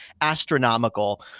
astronomical